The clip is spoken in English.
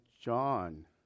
John